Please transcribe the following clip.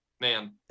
man